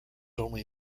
only